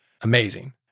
amazing